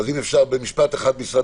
משרד הבריאות, אם אפשר לומר משפט אחד.